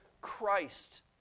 Christ